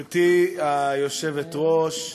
גברתי היושבת-ראש,